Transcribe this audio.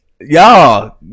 y'all